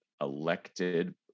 elected